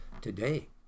today